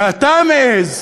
ואתה מעז,